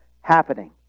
happening